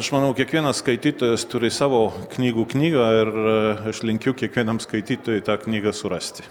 aš manau kiekvienas skaitytojas turi savo knygų knygą ir aš linkiu kiekvienam skaitytojui tą knygą surasti